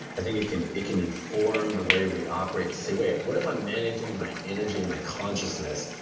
think it can it can inform the way we operate to say, wait, what if i'm managing my energy and my consciousness,